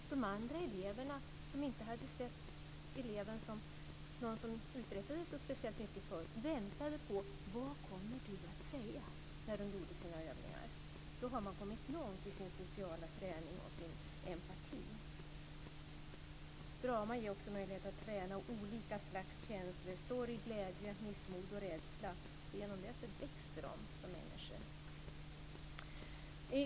De andra eleverna, som tidigare hade sett eleven som någon som inte uträttade något, väntade på vad eleven skulle säga när de gjorde sina övningar. Då har man kommit långt i sin sociala träning och empati. Drama ger också möjlighet att träna olika slags känslor som sorg, glädje, missmod och rädsla. Genom det växer eleverna som människor.